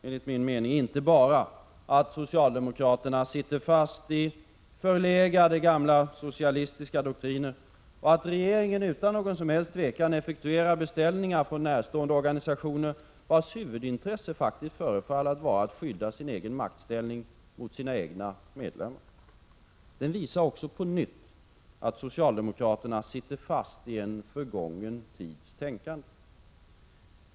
Dagens debatt visar inte bara att socialdemokraterna sitter fast i gamla förlegade socialistiska doktriner och att regeringen utan tvekan effektuerar beställningar från närstående organisationer, vars huvudintresse förefaller vara att skydda sin egen maktställning mot sina egna medlemmar. Den visar också på nytt att socialdemokraterna sitter fast i en gången tids tänkande.